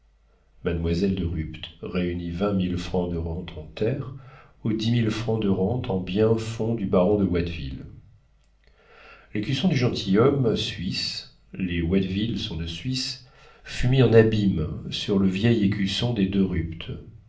mademoiselle de rupt réunit vingt mille francs de rentes en terre aux dix mille francs de rentes en biens-fonds du baron de watteville l'écusson du gentilhomme suisse les watteville sont de suisse fut mis en abîme sur le vieil écusson des de rupt